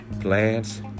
plants